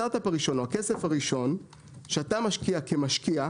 הסטארט-אפ הראשון או הכסף הראשון שאתה משקיע כמשקיע,